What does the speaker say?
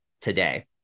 today